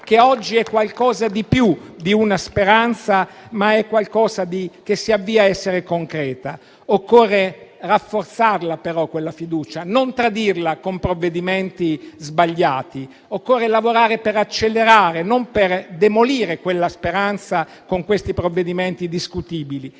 che oggi è un qualcosa di più di una speranza, un qualcosa che si avvia ad essere concreto. Occorre rafforzare però quella fiducia, non tradirla con provvedimenti sbagliati. Occorre lavorare per accelerare, e non per demolire, quella speranza con questi provvedimenti discutibili